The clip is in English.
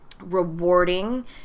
rewarding